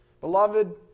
Beloved